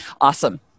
Awesome